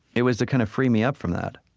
it was to kind of free me up from that.